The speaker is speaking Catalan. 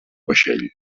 vaixell